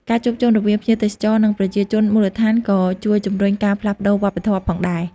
ការជួបជុំរវាងភ្ញៀវទេសចរ និងប្រជាជនមូលដ្ឋានក៏ជួយជំរុញការផ្លាស់ប្តូរវប្បធម៌ផងដែរ។